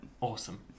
Awesome